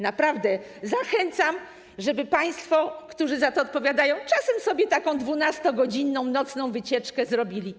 Naprawdę zachęcam, żeby państwo, którzy za to odpowiadają, czasem sobie taką 12-godzinną nocną wycieczkę zrobili.